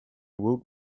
woot